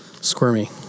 squirmy